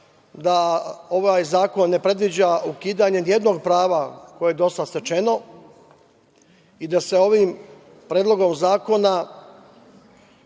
da ovaj zakon ne predviđa ukidanje nijednog prava koje je do sada stečeno i da se ovim Predlogom zakona